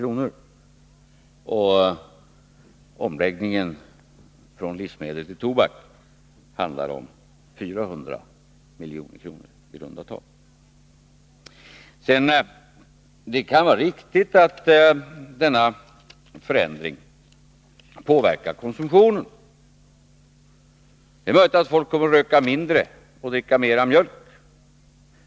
Och omläggningen från livsmedel till tobak handlar om i runda tal 400 milj.kr. Det kan vara riktigt att denna förändring påverkar konsumtionen. Det är möjligt att folk kommer att röka mindre och dricka mer mjölk.